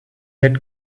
had